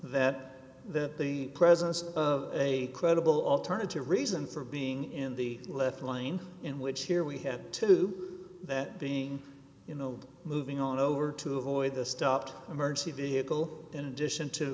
that that the presence of a credible alternative reason for being in the left lane in which here we have to do that being in the moving on over to avoid the stopped emergency vehicle in addition to